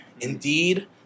Indeed